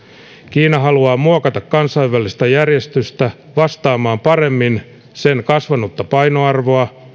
kiina haluaa muokata kansainvälistä järjestystä vastaamaan paremmin sen kasvanutta painoarvoa